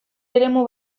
eremu